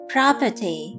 Property